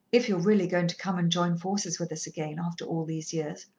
if you're really going to come and join forces with us again, after all these years.